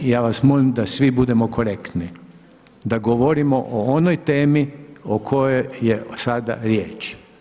I ja vas molim da svi budemo korektni, da govorimo o onoj temi o kojoj je sada riječ.